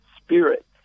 spirit